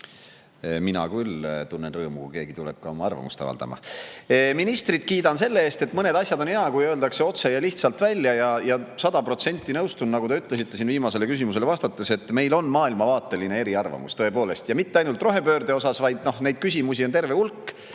mina küll tunnen rõõmu, kui keegi tuleb ka oma arvamust avaldama. Ministrit kiidan selle eest, et on hea, kui mõned asjad öeldakse otse ja lihtsalt välja. Ja sada protsenti nõustun, nagu te ütlesite siin viimasele küsimusele vastates, et meil on maailmavaateline eriarvamus. Tõepoolest, ja mitte ainult rohepöörde osas, vaid neid küsimusi on terve hulk.